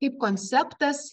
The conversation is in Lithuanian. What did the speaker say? kaip konceptas